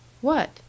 What